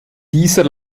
dieser